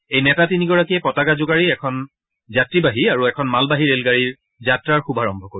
এই নেতা তিনিগৰাকীয়ে পতাকা জোকাৰি এখন যাত্ৰীবাহী আৰু এখন মালবাহী ৰেলগাড়ীৰ যাত্ৰাৰ শুভাৰম্ভ কৰিব